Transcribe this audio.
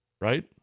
right